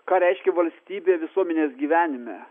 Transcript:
ką reiškia valstybė visuomenės gyvenime